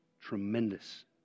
tremendous